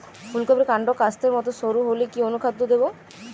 ফুলকপির কান্ড কাস্তের মত সরু হলে কি অনুখাদ্য দেবো?